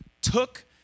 took